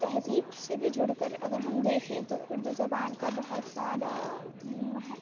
تہذیب سے بھی جُڑ کر اگر ہم دیکھیں تو اُردو زبان کا بہت زیاہ مہک